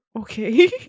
okay